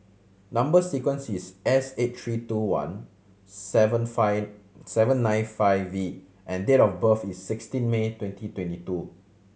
number sequence is S eight three two one seven five seven nine five V and date of birth is sixteen May twenty twenty two